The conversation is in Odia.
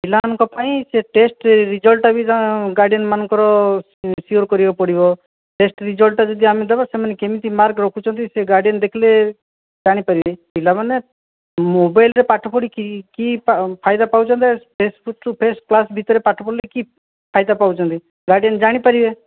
ପିଲାମାନଙ୍କ ପାଇଁ ସେ ଟେଷ୍ଟ୍ ରିଜଲ୍ଟ୍ଟା ବି ଗାର୍ଡ଼ିଆନ୍ମାନଙ୍କର ସିୟୋର୍ କରିବାକୁ ପଡ଼ିବ ଟେଷ୍ଟ୍ ରିଜଲ୍ଟ୍ଟା ଯଦି ଆମେ ଦେବା ସେମାନେ କେମିତି ମାର୍କ୍ ରଖୁଛନ୍ତି ସେ ଗାର୍ଡ଼ିଆନ୍ ଦେଖିଲେ ଜାଣିପାରିବେ ପିଲାମାନେ ମୋବାଇଲ୍ରେ ପାଠପଢ଼ିକି କି ଫାଇଦା ପାଉଛନ୍ତି ଆଉ ଫେସ୍ ଟୁ ଫେସ୍ କ୍ଲାସ୍ ଭିତରେ ପାଠପଢ଼ିଲେ କି ଫାଇଦା ପାଉଛନ୍ତି ଗାର୍ଡ଼ିଆନ୍ ଜାଣିପାରିବେ